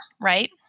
right